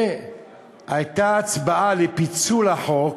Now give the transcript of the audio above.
והייתה הצבעה על פיצול החוק.